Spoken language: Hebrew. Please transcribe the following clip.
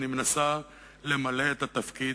אני מנסה למלא את התפקיד,